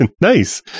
nice